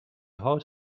haut